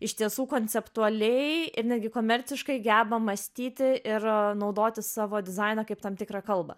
iš tiesų konceptualiai ir netgi komerciškai geba mąstyti ir naudoti savo dizainą kaip tam tikrą kalbą